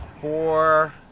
four